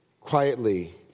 quietly